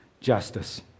justice